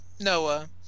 Noah